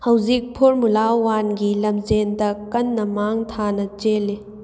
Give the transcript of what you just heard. ꯍꯧꯖꯤꯛ ꯐꯣꯔꯃꯨꯂꯥ ꯋꯥꯟꯒꯤ ꯂꯝꯖꯦꯟꯗ ꯀꯟꯅ ꯃꯥꯡ ꯊꯥꯅ ꯆꯦꯜꯂꯤ